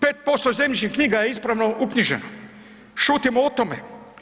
5% zemljišnih knjiga je ispravno uknjiženo, šutimo o tome.